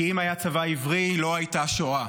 כי אם היה צבא עברי לא הייתה שואה,